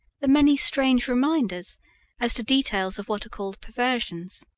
the many strange reminders as to details of what are called perversions.